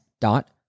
dot